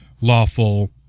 lawful